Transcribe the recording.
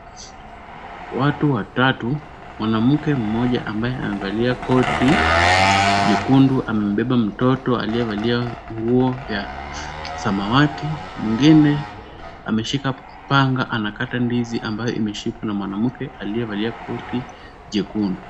Watu watatu; mwanamke mmoja ambahe amevalia koti jekundu amebeba mtoto aliyevalia nguo ya samawati. Mwingine ameshika panga anakata ndizi ambayo imeshikwa na mwanamke aliyevalia koti jekundu.